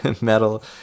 metal